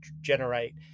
generate